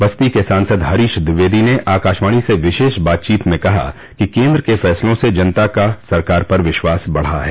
बस्ती के सांसद हरीश द्विवेदी ने आकाशवाणी से विशेष बातचीत में कहा कि केन्द्र के फैसलों से जनता का सरकार पर विश्वास बढ़ा है